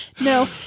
No